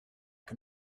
can